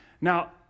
Now